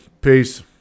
Peace